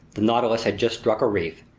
the nautilus had just struck a reef,